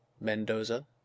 Mendoza